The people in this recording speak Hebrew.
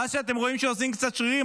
ואז כשאתם רואים שעושים קצת שרירים,